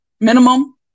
minimum